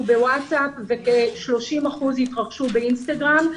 ב-ווטסאפ וכ-30 אחוזים התרחשו ב-אינסטגרם.